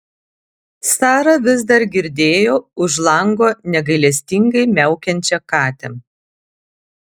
sara vis dar girdėjo už lango negailestingai miaukiančią katę